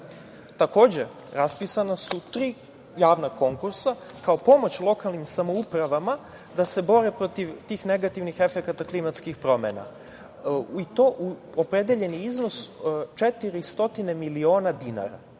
vozila. Takođe, raspisana su tri javna konkursa, sako pomoć lokalnim samoupravama, da se bore protiv tih negativnih efekata klimatskih promena i to u opredeljeni iznos 400 miliona dinara.